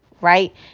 right